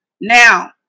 Now